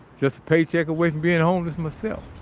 just a paycheck away from being homeless myself